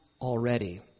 already